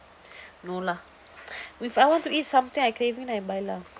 no lah if I want to eat something I craving I buy lah